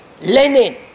Lenin